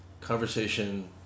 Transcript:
conversation